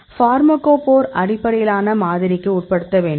pharmacophore அடிப்படையிலான மாதிரிக்கு உட்படுத்த வேண்டும்